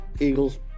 Eagles